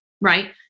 right